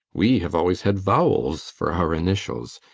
we have always had vowels for our initials.